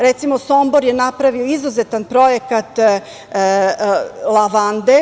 Recimo, Sombor je napravio izuzetan projekat lavande.